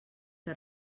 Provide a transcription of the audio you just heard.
que